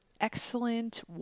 excellent